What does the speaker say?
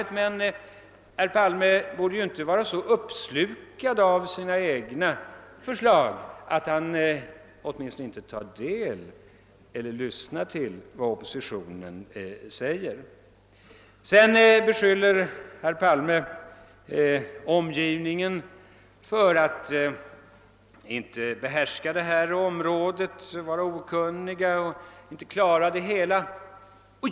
Jag tycker dock att herr Palme inte borde vara så uppslukad av sina egna förslag, att han inte ens tar del av eller lyssnar till vad oppositionen säger. Herr Palme beskyller också omgivningen för att inte behärska detta område och vara okunnig.